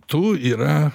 tu yra